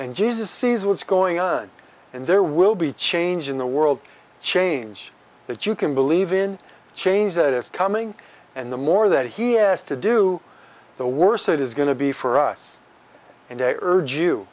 and jesus sees what's going on and there will be change in the world change that you can believe in change that is coming and the more that he has to do the worse it is going to be for us